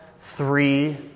three